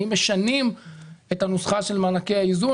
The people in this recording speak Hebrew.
האם משנים את הנוסחה של מענקי האיזון,